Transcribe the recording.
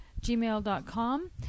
gmail.com